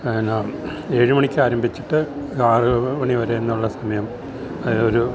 എന്നാൽ ഏഴ് മണിക്കാരംഭിച്ചിട്ട് ആറ് മണി വരേന്നൊള്ള സമയം ഒരു